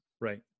Right